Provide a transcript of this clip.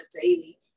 daily